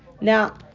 Now